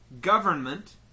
government